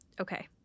Okay